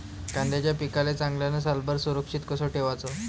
कांद्याच्या पिकाले चांगल्यानं सालभर सुरक्षित कस ठेवाचं?